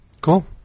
Cool